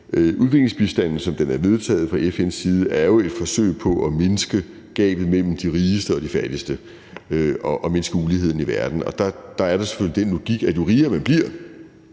udviklingsbistanden, som den er vedtaget fra FN's side, jo er et forsøg på at mindske gabet mellem de rigeste og de fattigste og mindske uligheden i verden. Da er der selvfølgelig den logik, at jo rigere, man bliver